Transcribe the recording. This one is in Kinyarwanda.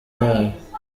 yawe